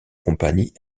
compagnies